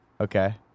Okay